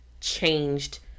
changed